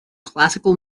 classical